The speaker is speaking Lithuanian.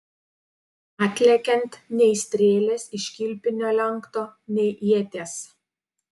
atlekiant nei strėlės iš kilpinio lenkto nei ieties